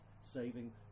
saving